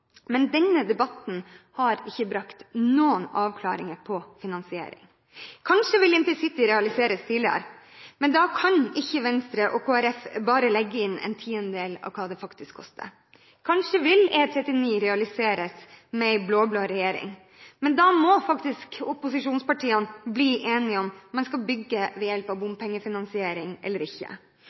Men denne debatten har ikke brakt noen avklaringer om finansiering. Kanskje vil InterCity realiseres tidligere, men da kan ikke Venstre og Kristelig Folkeparti bare legge inn en tiendedel av hva det faktisk koster. Kanskje vil E39 realiseres med en blå-blå regjering, men da må faktisk opposisjonspartiene bli enige om om man skal bygge ved hjelp av bompengefinansiering, eller ikke.